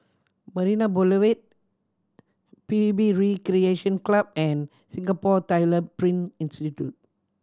Marina Boulevard P U B Recreation Club and Singapore Tyler Print Institute